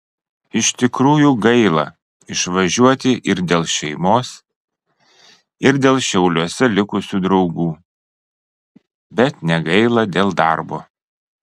iš tikrųjų gaila išvažiuoti ir dėl šeimos ir dėl šiauliuose likusių draugų bet negaila dėl darbo